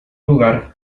lugar